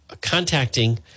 contacting